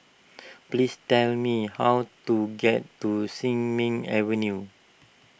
please tell me how to get to Sin Ming Avenue